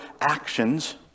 actions